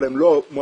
אבל הם לא מועסקים